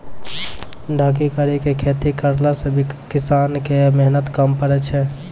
ढकी करी के खेती करला से किसान के मेहनत कम पड़ै छै